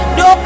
no